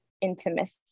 intimacy